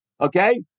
okay